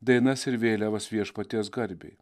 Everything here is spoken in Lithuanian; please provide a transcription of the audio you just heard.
dainas ir vėliavas viešpaties garbei